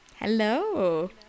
Hello